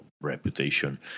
reputation